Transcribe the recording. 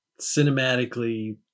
cinematically